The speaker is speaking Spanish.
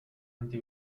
anti